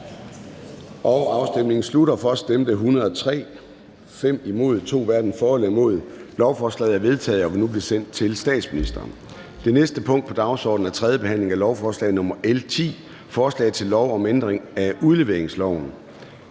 imod stemte 2 (Lars Boje Mathiesen (UFG) og Theresa Scavenius (UFG)). Lovforslaget er vedtaget og vil nu blive sendt til statsministeren. --- Det næste punkt på dagsordenen er: 8) 3. behandling af lovforslag nr. L 10: Forslag til lov om ændring af udleveringsloven.